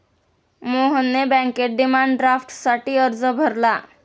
मोहनने बँकेत डिमांड ड्राफ्टसाठी अर्ज भरला